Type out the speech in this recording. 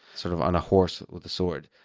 sort of on a horse with a sword.